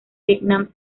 vietnam